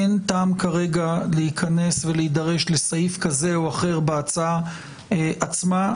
אין טעם כרגע להידרש לסעיף כזה או אחר בהצעה עצמה.